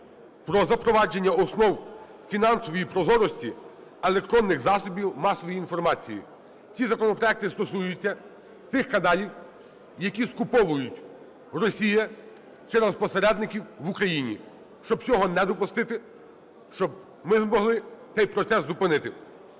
про запровадження основ фінансової прозорості електронних засобів масової інформації. Ці законопроекти стосуються тих каналів, які скуповує Росія через посередників в Україні, щоб цього не допустити, щоб ми змогли цей процес зупинити.